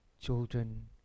children